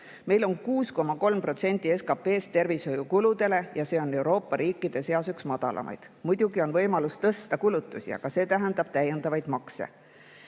Meil läheb 6,3% SKT-st tervishoiukuludele ja see protsent on Euroopa riikide seas üks väiksemaid. Muidugi on võimalus tõsta kulutusi, aga see tähendab täiendavaid makse.